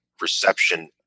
reception